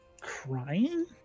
crying